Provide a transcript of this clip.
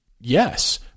yes